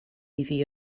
iddi